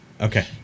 okay